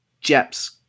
Jep's